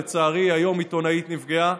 לצערי היום עיתונאית נפגעה.